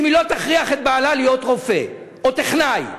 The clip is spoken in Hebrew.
אם היא לא תכריח את בעלה להיות רופא או טכנאי.